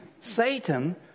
Satan